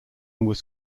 was